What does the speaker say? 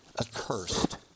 accursed